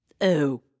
Oh